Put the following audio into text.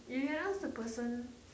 you can ask the person